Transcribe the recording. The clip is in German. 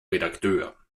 redakteur